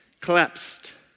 collapsed